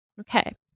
Okay